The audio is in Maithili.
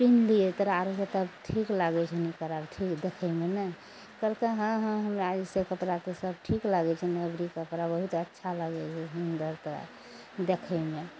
पिन्हलियै तोरा आरोके तब ठीक लागय छै नहि तोरा ठीक देखयमे नहि कहलकइ हँ हँ हमरा ईसब कपड़ा तऽ सब ठीक लागय छै एबरी कपड़ा बहुत अच्छा लागय हइ सुन्दर तऽ देखयमे